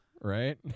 Right